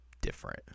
different